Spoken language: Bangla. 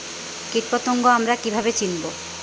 কীটপতঙ্গ আমরা কীভাবে চিনব?